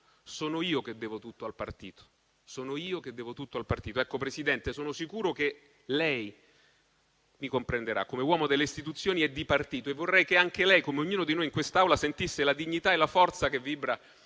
Sono io che devo tutto al partito. Ecco, Presidente, sono sicuro che lei mi comprenderà, come uomo delle istituzioni e di partito. Vorrei che anche lei, come ognuno di noi in quest'Aula, sentisse la dignità e la forza che vibra